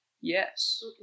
yes